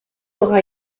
aura